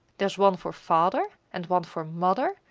there's one for father, and one for mother,